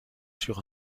sur